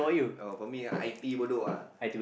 oh for me I_T_E Bedok ah